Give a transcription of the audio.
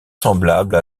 semblable